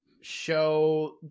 show